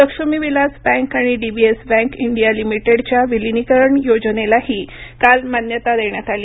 Lakshmi Vilas bank आणि DBS bank India लिमिटेडच्या विलिनीकरण योजनेलाही काल मान्यता देण्यात आली